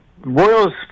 Royals